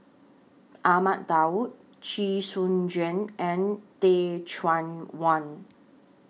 Ahmad Daud Chee Soon Juan and Teh Cheang Wan